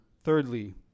thirdly